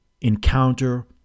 encounter